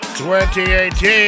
2018